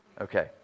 Okay